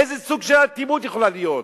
איזה סוג של אטימות יכולה להיות?